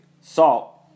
Salt